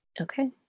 Okay